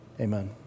Amen